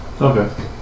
Okay